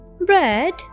bread